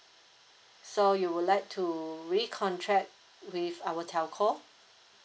so you would like to recontract with our telco